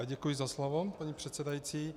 Děkuji za slovo, paní předsedající.